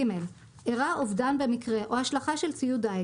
(ג) ארע אובדן במקרה או השלכה של ציוד דיג